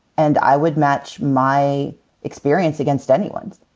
and i would match my experience against anyone's.